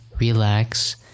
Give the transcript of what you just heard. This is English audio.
relax